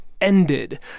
ended